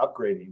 upgrading